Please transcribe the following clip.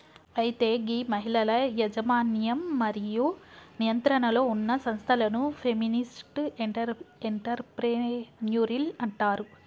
అయితే గీ మహిళల యజమన్యం మరియు నియంత్రణలో ఉన్న సంస్థలను ఫెమినిస్ట్ ఎంటర్ప్రెన్యూరిల్ అంటారు